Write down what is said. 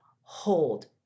hold